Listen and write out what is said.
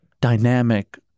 dynamic